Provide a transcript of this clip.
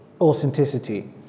authenticity